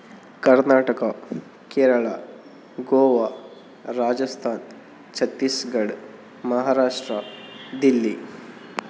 Karnataka Kerala Goa Rajasthan Chhattisgarh Maharashtra Delhi